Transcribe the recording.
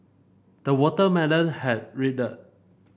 the watermelon has